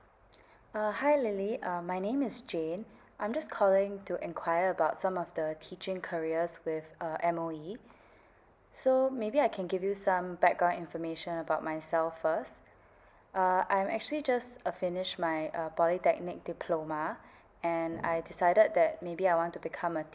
uh hi lily um my name is jane I'm just calling to enquire about some of the teaching careers with uh M_O_E so maybe I can give you some background information about myself first uh I'm actually just uh finish my err polytechnic diploma and I decided that maybe I want to become a